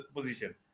position